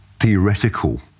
theoretical